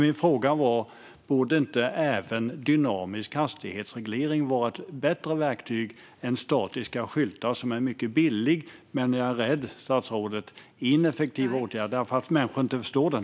Min fråga var dock: Borde inte dynamisk hastighetsreglering vara ett bättre verktyg än statiska skyltar, som är en mycket billig men - är jag rädd - ineffektiv åtgärd eftersom människor inte förstår den?